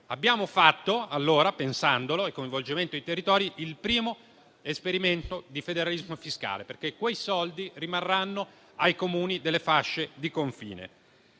dei territori, il primo esperimento di federalismo fiscale, perché quei soldi rimarranno ai Comuni delle fasce di confine.